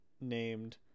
named